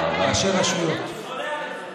חולה עליך,